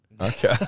Okay